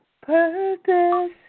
purpose